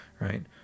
right